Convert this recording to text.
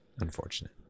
Unfortunate